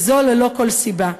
וזאת ללא כל סיבה,